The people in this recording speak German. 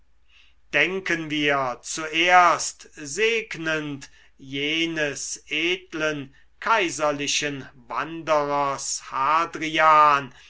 denken wir zuerst segnend jenes edlen kaiserlichen wanderers